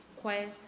Quiet